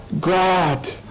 God